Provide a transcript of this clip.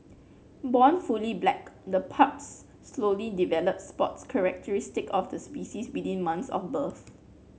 born fully black the pups slowly develop spots characteristic of the species within months of birth